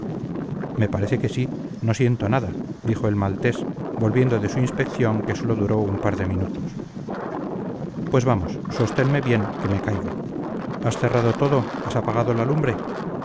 me parece que sí no siento nada dijo el maltés volviendo de su inspección que sólo duró un par de minutos pues vamos sostenme bien que me caigo has cerrado todo has apagado la lumbre